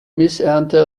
missernte